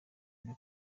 byo